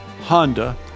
Honda